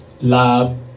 love